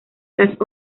las